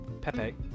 Pepe